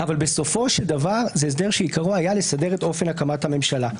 אבל בסופו של דבר זה הסדר שעיקרו היה לסדר את אופן הקמת הממשלה.